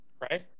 right